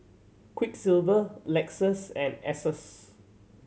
Quiksilver Lexus and Asos